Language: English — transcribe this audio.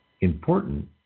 important